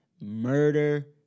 murder